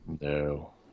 No